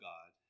God